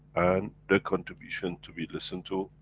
and their contribution to be listened to,